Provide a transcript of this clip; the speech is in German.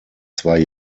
zwei